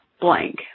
blank